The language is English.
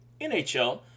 NHL